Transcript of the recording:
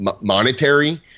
monetary